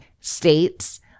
states